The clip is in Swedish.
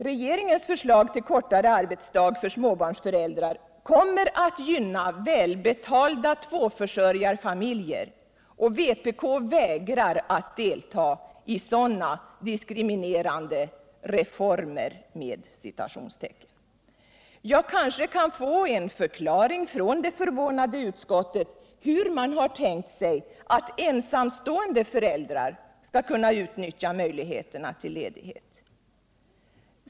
Regeringens förslag ll kortare arbetsdar för småbarnsföräldrar kommer att gynna viälbetalda tvåförsörjarfamiljer, och vpk vägrar att delta i sådana diskriminerande reformer. Jag kanske kan få en förklaring från det förvånade utskottet hur man har tänkt sig att ensamstående föräldrar skall kunna utnyttja möjligheterna till ledighet.